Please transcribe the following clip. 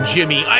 Jimmy